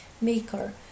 maker